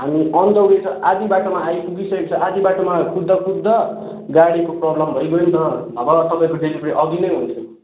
हामी on the way छ आधी बाटोमा आइपुगि सकेको छ आधी बाटोमा कुद्धा कुद्धा गाडीको प्रबलम भइगयो अन्त नभए तपाईँको डेलिभरी अघि नै हुन्थ्यो